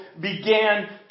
began